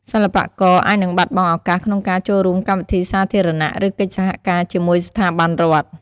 សិល្បករអាចនឹងបាត់បង់ឱកាសក្នុងការចូលរួមកម្មវិធីសាធារណៈ ឬកិច្ចសហការជាមួយស្ថាប័នរដ្ឋ។